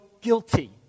guilty